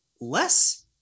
less